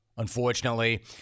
Unfortunately